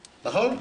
נכון?